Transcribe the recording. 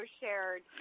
shared